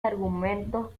argumentos